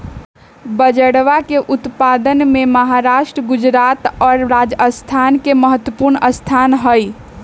बजरवा के उत्पादन में महाराष्ट्र गुजरात और राजस्थान के महत्वपूर्ण स्थान हई